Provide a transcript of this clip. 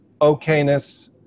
okayness